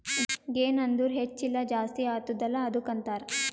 ಗೆನ್ ಅಂದುರ್ ಹೆಚ್ಚ ಇಲ್ಲ ಜಾಸ್ತಿ ಆತ್ತುದ ಅಲ್ಲಾ ಅದ್ದುಕ ಅಂತಾರ್